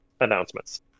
announcements